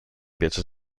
piace